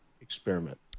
experiment